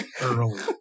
Early